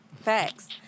Facts